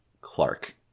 Clark